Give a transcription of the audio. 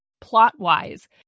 plot-wise